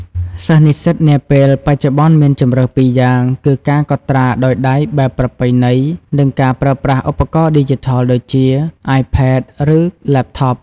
សិស្សនិស្សិតនាពេលបច្ចុប្បន្នមានជម្រើសពីរយ៉ាងគឺ ការកត់ត្រាដោយដៃបែបប្រពៃណី និងការប្រើប្រាស់ឧបករណ៍ឌីជីថលដូចជា អាយផេត ឬ ឡេបថប ។